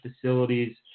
facilities